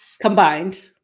Combined